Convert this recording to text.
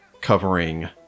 covering